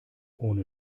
ohne